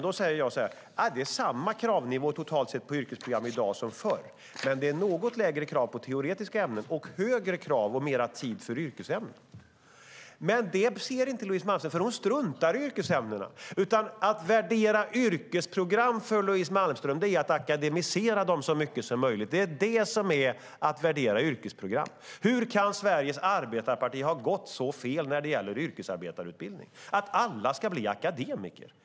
Då säger jag att det är samma kravnivå totalt sett på yrkesprogrammen i dag som förr. Men det är något lägre krav på teoretiska ämnen och högre krav på och mer tid för yrkesämnen. Detta ser inte Louise Malmström eftersom hon struntar i yrkesämnena. Att värdera yrkesprogram för Louise Malmström handlar om att akademisera dem så mycket som möjligt. Hur kan Sveriges arbetarparti ha gått så fel när det gäller yrkesarbetarutbildning att alla ska bli akademiker?